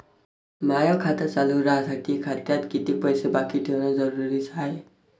माय खातं चालू राहासाठी खात्यात कितीक पैसे बाकी ठेवणं जरुरीच हाय?